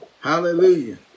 Hallelujah